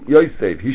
Yosef